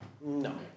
No